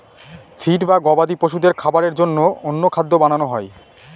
feed বা গবাদি পশুদের খাবারের জন্য অন্য খাদ্য বানানো হয়